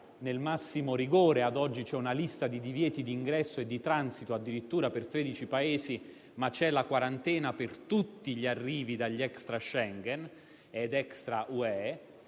nel massimo rigore. Ad oggi c'è una lista di divieti di ingresso e di transito, addirittura, per 13 Paesi e c'è la quarantena per tutti gli arrivi dai Paesi extra-Schengen ed extra-UE,